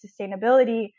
sustainability